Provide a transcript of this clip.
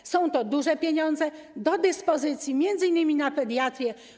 To są duże pieniądze, do dyspozycji m.in. na pediatrię.